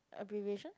abbreviation